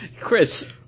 Chris